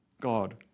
God